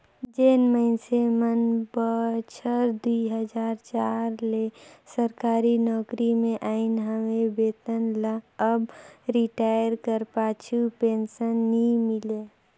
जेन मइनसे मन बछर दुई हजार चार ले सरकारी नउकरी में अइन अहें तेमन ल अब रिटायर कर पाछू पेंसन नी मिले